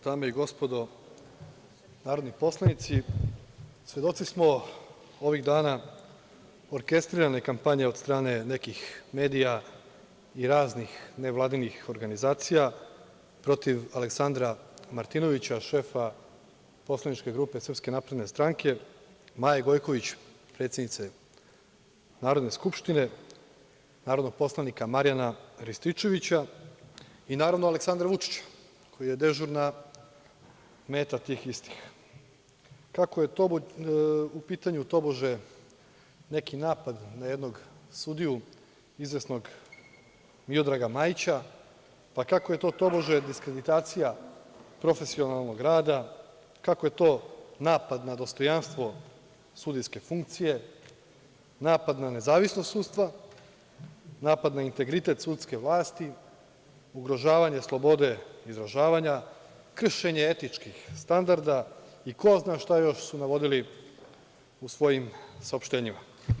Dame i gospodo narodni poslanici, svedoci smo ovih dana orkestrirane kampanje od strane nekih medija i raznih nevladinih organizacija protiv Aleksandra Martinovića, šefa poslanike grupe Srpske napredne stranke, Maje Gojković, predsednice Narodne skupštine, narodnog poslanika Marijana Rističevića i, naravno, Aleksandra Vučića, koji je dežurna meta tih istih, kako je u pitanju, tobože, neki napad na jednog sudiju, izvesnog Miodraga Majića, pa kako je to, tobože, diskreditacija profesionalnog rada, kako je to napad na dostojanstvo sudijske funkcije, napad na nezavisnost sudstva, napad na integritet sudske vlasti, ugrožavanje slobode izražavanja, kršenje etičkih standarda i ko zna šta još su navodili u svojim saopštenjima.